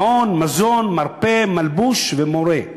מעון, מזון, מרפא, מלבוש ומורה,